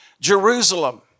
Jerusalem